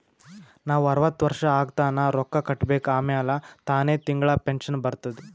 ನಾವ್ ಅರ್ವತ್ ವರ್ಷ ಆಗತನಾ ರೊಕ್ಕಾ ಕಟ್ಬೇಕ ಆಮ್ಯಾಲ ತಾನೆ ತಿಂಗಳಾ ಪೆನ್ಶನ್ ಬರ್ತುದ್